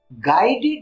guided